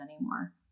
anymore